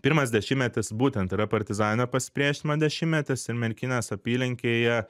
pirmas dešimtmetis būtent yra partizaninio pasipriešinimo dešimtmetis ir merkinės apylinkėje